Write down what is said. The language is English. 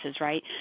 right